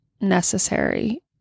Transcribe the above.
necessary